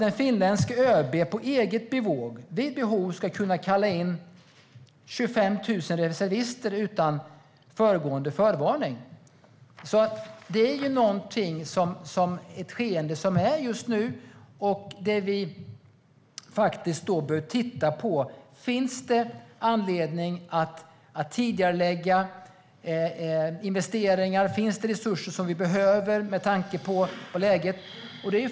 En finländsk ÖB ska på eget bevåg vid behov kunna kalla in 25 000 reservister utan föregående förvarning. Detta är ett skeende som vi ser just nu, och vi bör titta på om det finns anledning att tidigarelägga investeringar. Finns de resurser som vi behöver med tanke på läget?